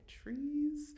trees